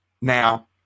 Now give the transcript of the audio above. Now